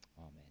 amen